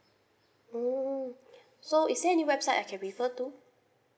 mm so is there any website I can refer to